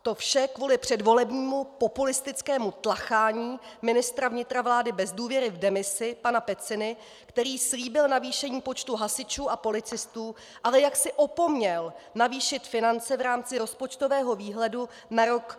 To vše kvůli předvolebnímu populistickém tlachání ministra vnitra vlády bez důvěry v demisi, pana Peciny, který slíbil navýšení počtu hasičů a policistů, ale jaksi opomněl navýšit finance v rámci rozpočtového výhledu na rok 2015 a 2016.